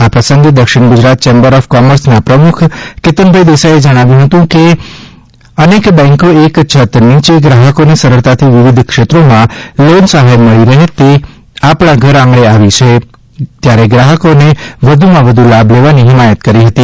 આ પ્રસંગે દક્ષિણ ગુજરાત ચેમ્બર ઓફ કોમર્સના પ્રમુખશ્રી કેતનભાઈ દેસાઈએ જણાવ્યું હતું કે વચ્ચે અનેક બેંકો એક છત નીચે ગ્રાહકોને સરળતાથી વિવિધક્ષેત્રોમાં લોનસહાય મળી રહે તે આપણા ઘરઆંગણે આવી છે ત્યારે ગ્રાહકોને વધુમાં વધુ લાભ લેવાની હિમાયત કરી હતી